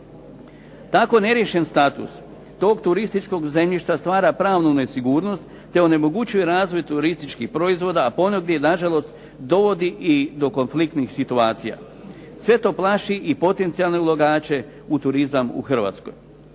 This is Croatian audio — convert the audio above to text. Tako neriješen status tog turističkog zemljišta stvara pravnu nesigurnost te onemogućuje razvoj turističkih proizvoda a ponegdje nažalost dovodi i do konfliktnih situacija. Sve to plaši i potencijalne ulagače u turizam u Hrvatskoj.